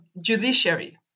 judiciary